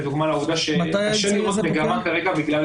לדוגמה לעובדה שקשה לראות מגמה כרגע בגלל